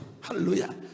hallelujah